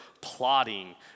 plotting